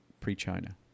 pre-China